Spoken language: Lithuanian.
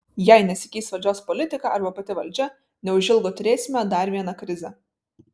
jei nesikeis valdžios politika arba pati valdžia neužilgo turėsime dar vieną krizę